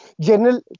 general